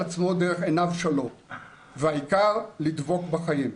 עצמו דרך עיניו שלו והעיקר לדבוק בחיים.